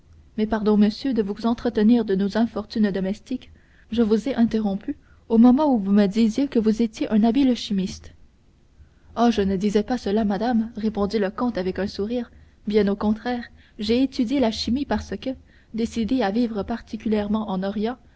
mais pardon monsieur de vous entretenir de nos infortunes domestiques je vous ai interrompu au moment où vous me disiez que vous étiez un habile chimiste oh je ne disais pas cela madame répondit le comte avec un sourire bien au contraire j'ai étudié la chimie parce que décidé à vivre particulièrement en orient